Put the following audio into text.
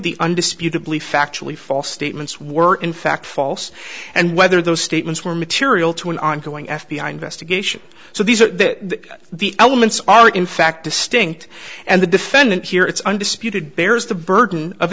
the undisputedly factually false statements were in fact false and whether those statements were material to an ongoing f b i investigation so these are the elements are in fact distinct and the defendant here it's undisputed bears the burden of